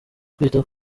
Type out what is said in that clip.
kwita